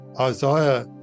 Isaiah